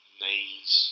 knees